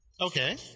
Okay